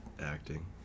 acting